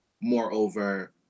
moreover